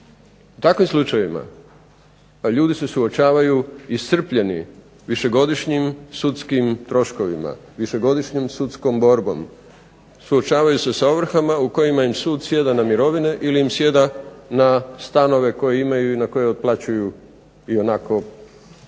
U takvim slučajevima ljudi se suočavaju iscrpljeni višegodišnjim sudskim troškovima, višegodišnjom sudskom borbom, suočavaju se sa ovrhama u kojima im sud sjeda na mirovine ili im sjeda na stanove koje imaju i na koje otplaćuju ionako kredite